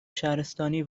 شهرستانی